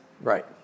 right